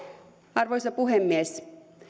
arvoisa puhemies